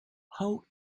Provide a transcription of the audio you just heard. how